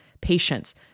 patients